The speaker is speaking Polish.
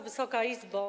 Wysoka Izbo!